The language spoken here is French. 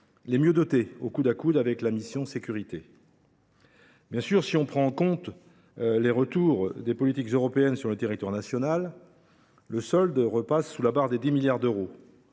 les mieux dotées, au coude à coude avec la mission « Sécurités ». Bien sûr, si l’on prend en compte les retours des politiques européennes sur le territoire national, le solde repasse sous la barre des 10 milliards d’euros.